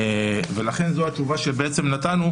לכן זו התשובה שנתנו,